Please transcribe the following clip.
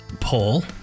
Paul